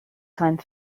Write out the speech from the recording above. time